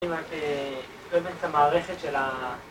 זה באמת המערכת של ה...